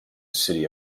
city